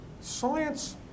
Science